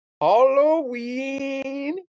Halloween